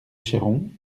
cheyron